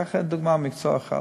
ניקח לדוגמה מקצוע אחד,